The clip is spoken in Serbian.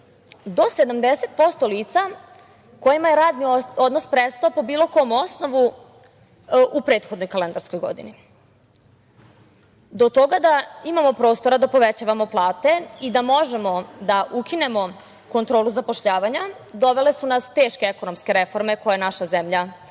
do 70% lica kojima je radni odnos prestao po bilo kom osnovu u prethodnoj kalendarskoj godini. Do toga da imamo prostora da povećavamo plate i da možemo da ukinemo kontrolu zapošljavanja dovele su nas teške ekonomske reforme koje je naša zemlja